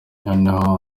noneho